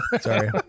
Sorry